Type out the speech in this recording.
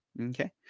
Okay